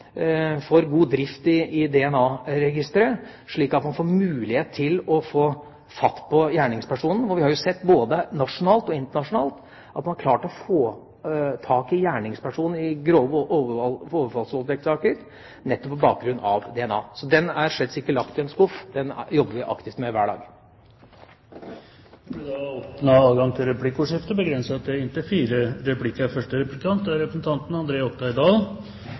god drift i DNA-registeret, slik at man får mulighet til å få fatt på gjerningspersonen. Vi har sett både nasjonalt og internasjonalt at man har klart å få tak i gjerningspersonen i grove overfallsvoldtektssaker nettopp på bakgrunn av DNA. Så voldtektsutvalgets innstilling er slett ikke lagt i en skuff – den jobber vi aktivt med hver dag. Det blir